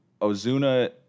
Ozuna